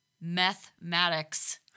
Mathematics